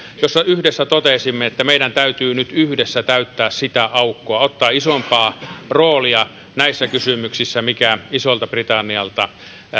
jossa yhdessä totesimme että meidän täytyy nyt yhdessä täyttää sitä aukkoa ottaa isompaa roolia näissä kysymyksissä mitkä isolta britannialta